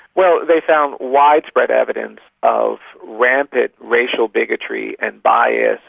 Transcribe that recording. well, they found widespread evidence of rampant racial bigotry and bias.